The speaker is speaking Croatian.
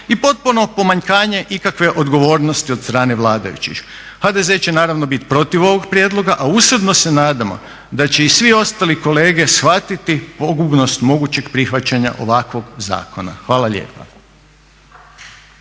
i potpuno pomanjkanje ikakve odgovornosti od strane vladajućih. HDZ će naravno biti protiv ovog prijedloga a …/Govornik se ne razumije./… se nadamo da se i svi ostali kolege shvatiti pogubnost mogućeg prihvaćanja ovakvog zakona. Hvala lijepa.